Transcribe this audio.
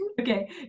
Okay